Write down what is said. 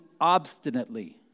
obstinately